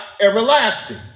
everlasting